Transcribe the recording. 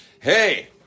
Hey